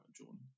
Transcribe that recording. Jordan